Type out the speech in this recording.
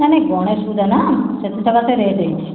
ନାଇ ନାଇ ଗଣେଶ ପୂଜା ନା ସେଥି ସକାସେ ରେଟ୍ ହେଇଛି